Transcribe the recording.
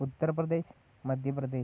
Uttar Pradesh Madhya Pradesh